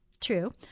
True